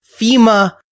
FEMA